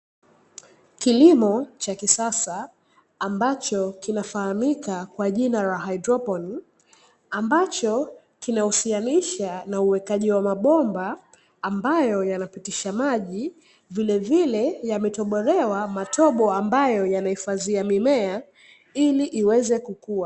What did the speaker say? Kilimo cha kisasa ambacho kinafahamika kwa jina la hydroponi ambacho kinahusianisha na uwekaji wa mabomba ambayo yanapitisha maji , vilevile yametobolewa matobo ambayo yanahifadhiwa mimea ili iweze kukua.